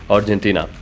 Argentina